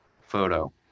photo